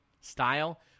Style